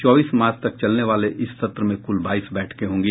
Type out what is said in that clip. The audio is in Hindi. चौबीस मार्च तक चलने वाले इस सत्र में कुल बाईस बैठके होंगी